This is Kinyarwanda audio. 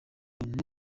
n’u